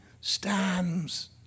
stands